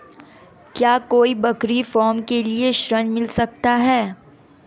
क्या कोई बकरी फार्म के लिए ऋण मिल सकता है?